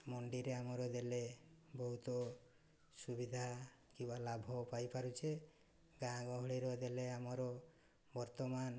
ମଣ୍ଡିରେ ଆମର ଦେଲେ ବହୁତ ସୁବିଧା କିମ୍ବା ଲାଭ ପାଇପାରୁଛେ ଗାଁ ଗହଳିର ଦେଲେ ଆମର ବର୍ତ୍ତମାନ